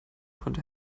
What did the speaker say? konnte